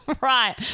right